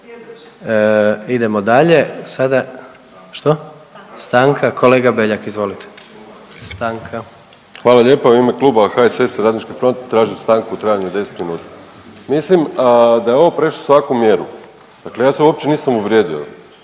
izvolite, stanka. **Beljak, Krešo (HSS)** Hvala lijepo. U ime Kluba HSS-a i Radničke fronte tražim stanku u trajanju od 10 minuta. Mislim da je ovo prešlo svaku mjeru, dakle ja se uopće nisam uvrijedio.